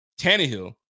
Tannehill